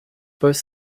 both